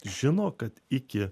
žino kad iki